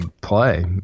play